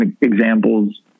examples